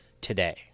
today